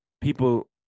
people